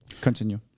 continue